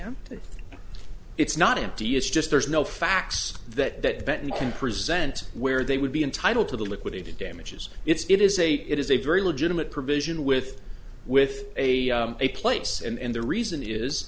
empty it's not empty it's just there's no facts that benton can present where they would be entitled to the liquidated damages it's it is a it is a very legitimate provision with with a a place and the reason is